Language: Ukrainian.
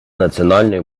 національної